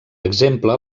exemple